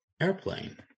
airplane